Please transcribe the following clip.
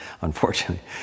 unfortunately